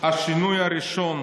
"השינוי הראשון,